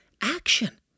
action